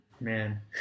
Man